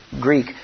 Greek